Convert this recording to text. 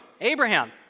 Abraham